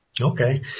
Okay